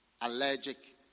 allergic